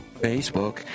Facebook